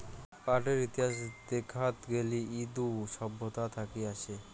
পাটের ইতিহাস দেখাত গেলি ইন্দু সভ্যতা থাকি আসে